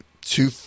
two